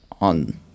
on